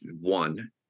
one